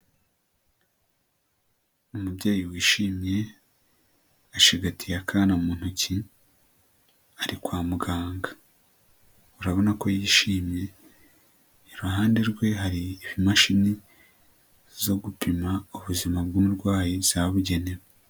Umubyeyi wishimye ashigatiye akana mu ntoki ari kwa muganga urabona ko yishimye, iruhande rwe hari imashini zo gupima ubuzima bw'umurwayi zabugenewe.